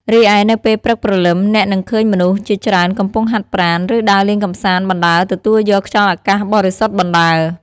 រីឯនៅពេលព្រឹកព្រលឹម អ្នកនឹងឃើញមនុស្សជាច្រើនកំពុងហាត់ប្រាណ ឬដើរលេងកម្សាន្តបណ្ដើរទទួលយកខ្យល់អាកាសបរិសុទ្ធបណ្ដើរ។